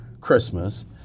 Christmas